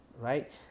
right